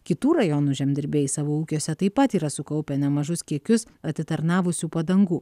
kitų rajonų žemdirbiai savo ūkiuose taip pat yra sukaupę nemažus kiekius atitarnavusių padangų